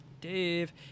Dave